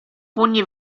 pugni